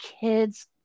kids